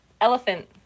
elephant